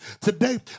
Today